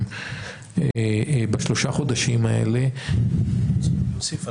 בשלושה החודשים האלה --- אני רוצה להוסיף.